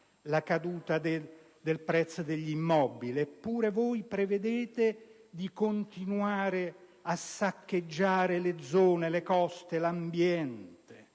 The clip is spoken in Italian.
la caduta del prezzo degli immobili, eppure prevedete di continuare a saccheggiare il territorio, le coste, l'ambiente,